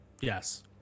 Yes